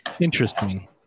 interesting